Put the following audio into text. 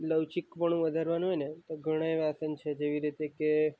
લવચીકપણું વધારવાનું હોય ને તો ગણા એવા આસન છે જેવી રીતે કે